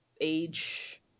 age